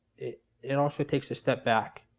it and also takes a step back.